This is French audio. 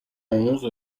onze